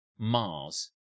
Mars